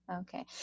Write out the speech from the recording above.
Okay